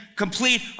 complete